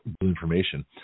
information